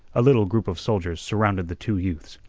a little group of soldiers surrounded the two youths.